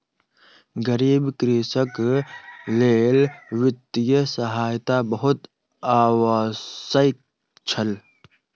गरीब कृषकक लेल वित्तीय सहायता बहुत आवश्यक छल